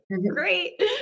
Great